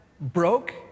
Broke